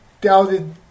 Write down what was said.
doubted